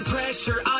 Pressure